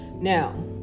Now